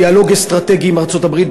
דיאלוג אסטרטגי עם ארצות-הברית,